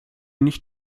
nicht